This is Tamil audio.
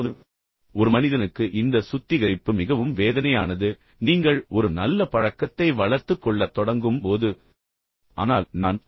இப்போது ஒரு மனிதனுக்கு இந்த சுத்திகரிப்பு மிகவும் வேதனையானது நீங்கள் ஒரு நல்ல பழக்கத்தை வளர்த்துக் கொள்ளத் தொடங்கும் போது இது ஒரு பொன்னான பழக்கம் போன்றது இது உண்மையில் மிகவும் வேதனையான பணி தொடங்க கடினமான பணி